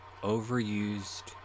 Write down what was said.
overused